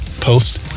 post